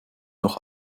noch